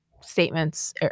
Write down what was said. statements